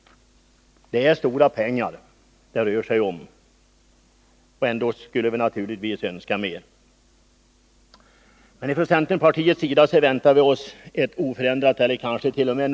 Det är stora pengar det rör sig om, och ändå skulle vi naturligtvis önska mer. Men från centerpartiets sida väntar vi oss ett oförändrat eller kansket.o.m.